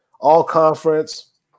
all-conference